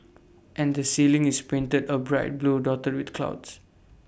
and the ceiling is painted A bright blue dotted with clouds